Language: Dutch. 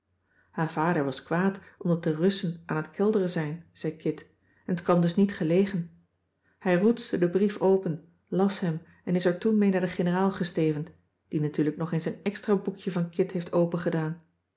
haar vader was kwaad omdat de russen aan t kelderen zijn zei kit en t kwam dus niet gelegen hij roetste den brief open las hem en is er toen mee naar de generaal gestevend die natuurlijk nog eens een extra boekje van kit heeft